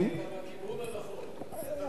אתה בכיוון הנכון.